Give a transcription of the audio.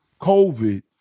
COVID